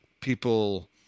people